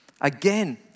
again